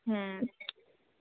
ᱦᱮᱸ